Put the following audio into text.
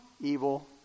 Evil